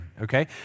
okay